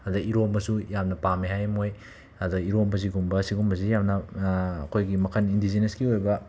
ꯑꯗꯩ ꯏꯔꯣꯝꯕꯁꯨ ꯌꯥꯝꯅ ꯄꯥꯝꯃꯦ ꯍꯥꯏ ꯃꯣꯏ ꯑꯗꯒꯤ ꯏꯔꯣꯝꯕꯁꯤꯒꯨꯝꯕ ꯁꯤꯒꯨꯝꯕꯁꯤ ꯌꯥꯝꯅ ꯑꯩꯈꯣꯏꯒꯤ ꯃꯈꯜ ꯏꯟꯗꯤꯖꯤꯅꯁꯀꯤ ꯑꯣꯏꯕ